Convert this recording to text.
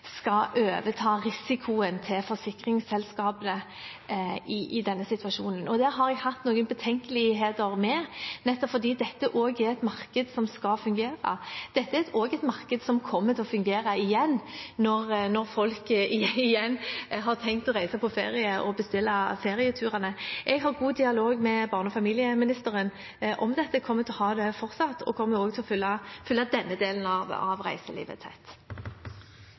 skal overta risikoen til forsikringsselskapene i denne situasjonen. Det har jeg hatt noen betenkeligheter med, nettopp fordi dette også er et marked som skal fungere. Dette er et marked som også kommer til å fungere igjen når folk igjen har tenkt å reise på ferie og bestiller ferieturer. Jeg har god dialog med barne- og familieministeren om dette og kommer til å ha det fortsatt. Jeg kommer også til å følge denne delen av reiselivet tett.